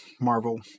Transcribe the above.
Marvel